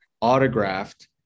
autographed